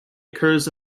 occurs